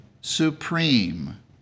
supreme